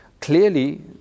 clearly